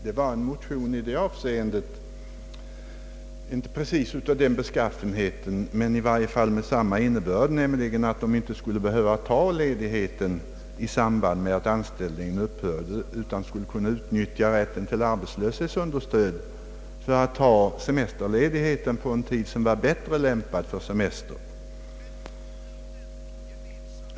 Vi har tidigare behandlat en annan motion som berörde frågan huruvida sådan ledighet under olämplig tid ovillkorligen skulle betraktas som semesterledighet och därmed utgöra hinder att utnyttja rätten till arbetslöshetsunderstöd för att senare ta semesterledighet under en tid som var bättre lämpad för rekreation.